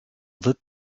that